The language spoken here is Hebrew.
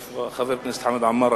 איפה חבר הכנסת חמד עמאר?